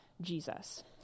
Jesus